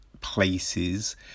places